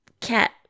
Cat